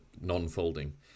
non-folding